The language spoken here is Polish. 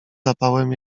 zapałem